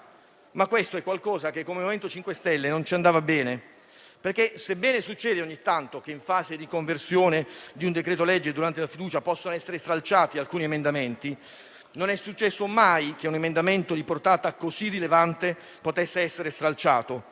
Ma questo è qualcosa che come MoVimento 5 Stelle non ci andava bene, perché sebbene accada ogni tanto che in fase di conversione di un decreto-legge durante la fiducia possano essere stralciati alcuni emendamenti, non è mai accaduto che un emendamento di portata così rilevante sia stato stralciato.